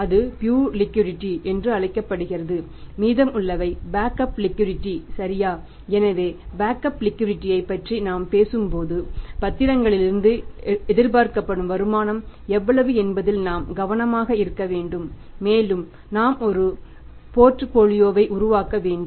இது pure liquidity வை உருவாக்க வேண்டும்